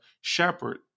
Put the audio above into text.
shepherd